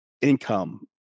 income